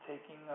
taking